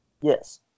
Yes